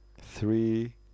Three